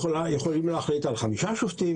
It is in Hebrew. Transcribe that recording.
יכולים להחליט על חמישה שופטים,